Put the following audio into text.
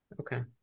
Okay